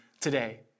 today